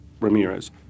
Ramirez